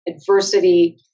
adversity